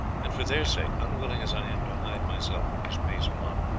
and for their sake, unwilling as i am to hide myself from this base mob,